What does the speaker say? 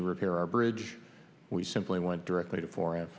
to repair our bridge we simply went directly to fore